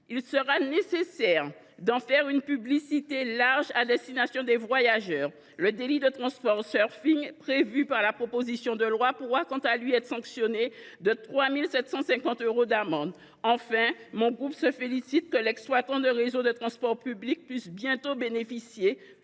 Il sera nécessaire d’en faire une publicité large à destination des voyageurs. Le délit de, prévu par la proposition de loi, pourra quant à lui être sanctionné de 3 750 euros d’amende. Enfin, mon groupe se félicite que l’exploitant d’un réseau de transport public puisse bientôt déposer